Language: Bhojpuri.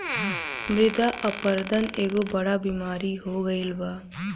मृदा अपरदन एगो बड़ बेमारी हो गईल बा